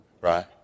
right